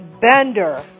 Bender